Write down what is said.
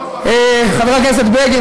חבר הכנסת בגין,